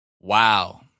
wow